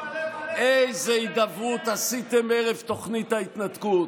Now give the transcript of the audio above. איזו הידברות עשיתם ערב תוכנית ההתנתקות.